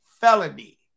felony